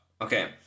Okay